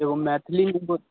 एगो मैथिली